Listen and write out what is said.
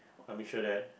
I make sure that